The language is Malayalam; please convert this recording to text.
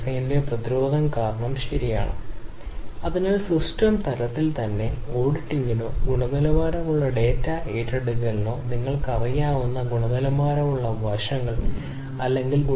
പാരാമീറ്ററുകളിൽ ശബ്ദ ഘടകങ്ങളെ വിശാലമായ സഹിഷ്ണുത കുറയ്ക്കാൻ അനുവദിക്കുമെന്ന് അനുമാനിക്കുന്നു ശബ്ദ ഘടകങ്ങൾ നിയന്ത്രിക്കുന്നതിന് ചെലവേറിയതിനാൽ നിർമ്മാണ ചെലവ്